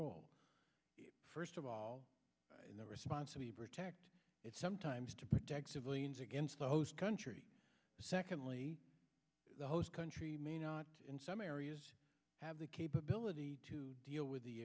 y first of all in the response of protect it sometimes to protect civilians against the host country secondly the host country may not in some areas have the capability to deal with